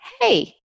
Hey